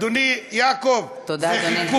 תודה, אדוני.